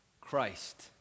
Christ